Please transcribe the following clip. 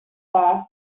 bar